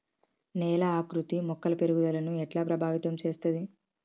నేల ఆకృతి మొక్కల పెరుగుదలను ఎట్లా ప్రభావితం చేస్తది?